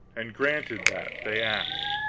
and granted that they asked.